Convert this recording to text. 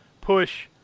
push